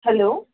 hello